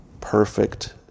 perfect